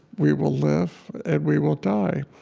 we will live, and we will die.